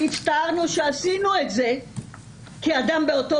הצטערנו שעשינו את זה כי אדם באותו